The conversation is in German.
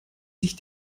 sich